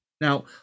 Now